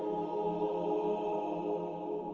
oh.